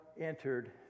entered